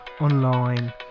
online